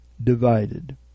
Divided